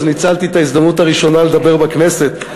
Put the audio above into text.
אז ניצלתי את ההזדמנות הראשונה לדבר בכנסת,